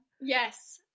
Yes